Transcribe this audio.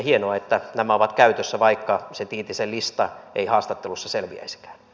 hienoa että nämä ovat käytössä vaikka se tiitisen lista ei haastattelussa selviäisikään